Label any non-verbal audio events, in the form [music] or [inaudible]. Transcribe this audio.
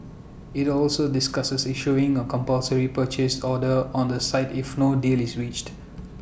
IT also discusses issuing A compulsory purchase order on the site if no deal is reached [noise]